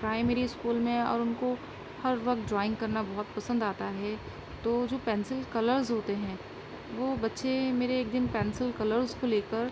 primary school میں اور ان کو ہر وقت ڈرائنگ کرنا بہت پسند آتا ہے تو جو پینسل کلرز ہوتے ہیں وہ بچے میرے ایک دن پینسل کلرز کو لے کر